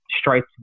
straight